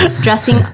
dressing